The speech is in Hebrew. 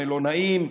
המלונאים,